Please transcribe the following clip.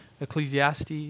Ecclesiastes